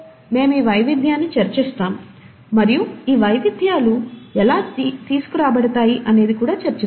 మేము ఈ వైవిధ్యాన్ని చర్చిస్తాము మరియు ఈ వైవిధ్యాలు ఎలా తీసుకురాబడతాయి అనేది కూడా చర్చిస్తాము